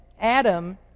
Adam